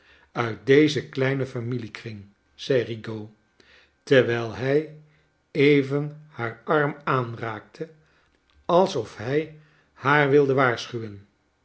uit dezen kleinen familiekring zei rigaud terwijl hij even haar arm aanraakte alsof hij haar wilde waarschuwen